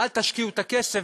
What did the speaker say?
אל תשקיעו את הכסף